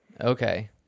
okay